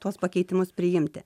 tuos pakeitimus priimti